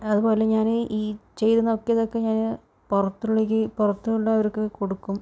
അതുപോലെ ഞാൻ ഈ ചെയ്തു നോക്കിയാതൊക്കെ ഞാൻ പുറത്തൊള്ളക്കി പുറത്ത് ഉള്ള അവർക്ക് കൊടുക്കും